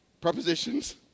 prepositions